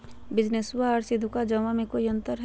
निबेसबा आर सीधका जमा मे कोइ अंतर हय?